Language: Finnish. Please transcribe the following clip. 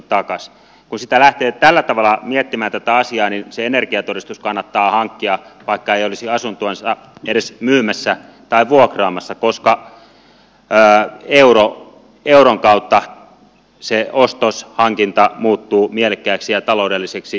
kun tätä asiaa lähtee tällä tavalla miettimään niin se energiatodistus kannattaa hankkia vaikka ei olisi asuntoansa edes myymässä tai vuokraamassa koska euron kautta se ostos hankinta muuttuu mielekkääksi ja taloudelliseksi